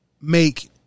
make